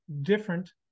different